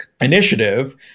initiative